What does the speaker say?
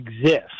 exist